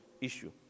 issue